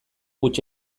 huts